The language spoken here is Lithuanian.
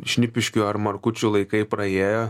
šnipiškių ar markučių laikai praėjo